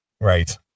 Right